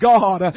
God